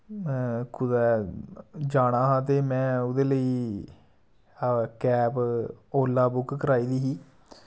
कुतै जाना हा ते मैं उ'दे लेई कैब ओला बुक कराई दी ही